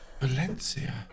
Valencia